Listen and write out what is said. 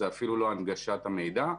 זאת אפילו לא הנגשת המידע.